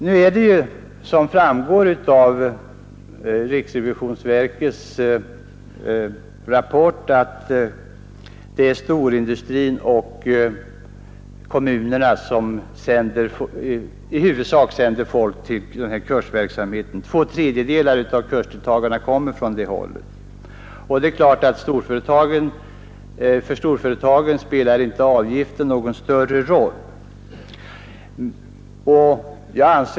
Nu är det, som framgår av riksrevisionsverkets rapport, i huvudsak storindustrin och kommunerna som sänder folk till den här kursverksamheten. Två tredjedelar av kursdeltagarna kommer från det hållet. Det är klart att för storföretagen spelar avgiften inte någon större roll.